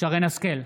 שרן מרים השכל,